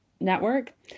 network